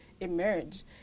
emerge